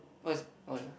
what is oh ya